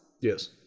yes